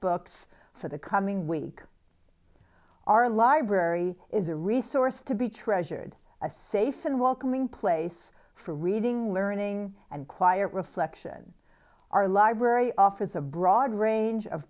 books for the coming week our library is a resource to be treasured a safe and welcoming place for reading learning and quiet reflection our library offers a broad range of